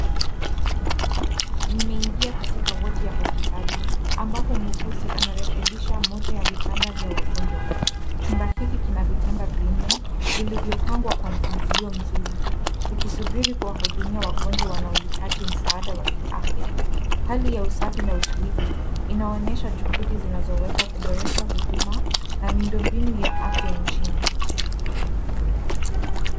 Nimeingia katika wodi ya hospitali, ambapo muuguzi anarekebisha moja ya vitanda vya wagonjwa. Chumba hiki kina vitanda vinne, vilivyopangwa kwa mpangilio mzuri, vikisubiri kuwahudumia wagonjwa wanaohitaji msaada wa kiafya. Hali ya usafi na utulivu, inaonyesha juhudi zinazowekwa kuboresha huduma na miundombinu ya afya nchini.